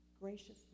graciously